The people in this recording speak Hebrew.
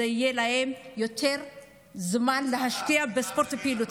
יהיה להם יותר זמן להשקיע בספורט ובפעילות.